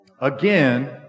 Again